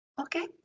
Okay